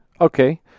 Okay